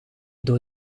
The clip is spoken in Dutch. door